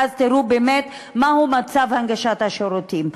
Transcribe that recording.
ואז תראו באמת מהו מצב הנגשת השירותים.